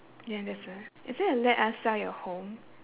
ya there's uh is it a let us sell your home